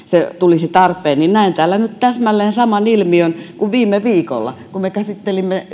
se tulisi tarpeeseen niin näen täällä nyt täsmälleen saman ilmiön kuin viime viikolla kun me käsittelimme